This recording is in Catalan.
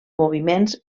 moviments